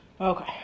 Okay